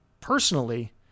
personally